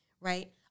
right